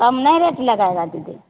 कम नहि रेट लगैबऽ दीदी